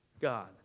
God